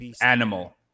animal